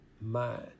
mind